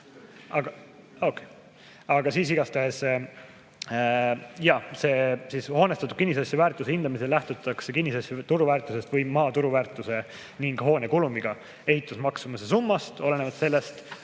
Okei. Jaa, hoonestatud kinnisasja väärtuse hindamisel lähtutakse kinnisasja turuväärtusest või maa turuväärtuse ning hoone kulumiga ehitusmaksumuse summast, olenevalt sellest,